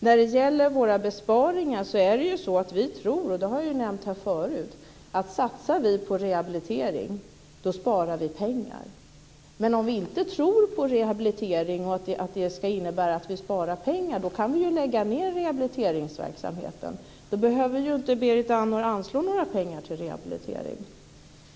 När det gäller våra besparingar tror vi kristdemokrater, vilket jag har nämnt här förut, att om vi satsar på rehabilitering sparar vi pengar. Men om vi inte tror på att rehabilitering innebär att vi sparar pengar kan vi lägga ned rehabiliteringsverksamheten. Då behöver inte Berit Andor anslå några pengar till rehabilitering.